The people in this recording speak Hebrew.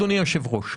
אדוני היושב-ראש,